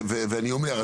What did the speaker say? ואני אומר,